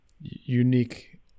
unique